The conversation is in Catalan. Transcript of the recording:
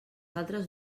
altres